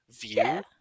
view